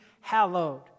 hallowed